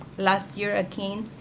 last year at keen,